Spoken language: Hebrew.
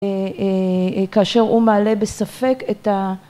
כאשר הוא מעלה בספק את ה...